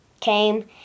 came